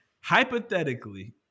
Hypothetically